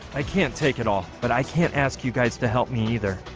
i can't take it all, but i can't ask you guys to help me either